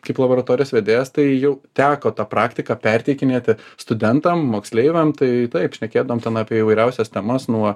kaip laboratorijos vedėjas tai jau teko tą praktiką perteikinėti studentam moksleiviam tai taip šnekėdavom ten apie įvairiausias temas nuo